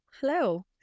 Hello